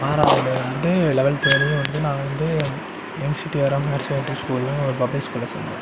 ஆறாவதுலேர்ந்து லவல்த்து வரையும் வந்து நான் வந்து எம் சிட்டி ஹையர் செகண்டேரி ஸ்கூல்ன்னு ஒரு பப்ளிக் ஸ்கூலில் சேர்ந்தேன்